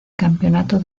campeonato